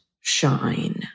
shine